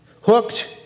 Hooked